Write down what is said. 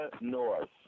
North